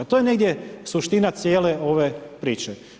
To je negdje suština cijele ove priče.